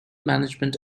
management